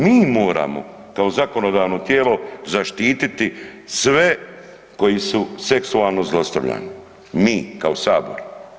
Mi moramo kao zakonodavno tijelo zaštititi sve koji su seksualno zlostavljani, mi kao Sabor.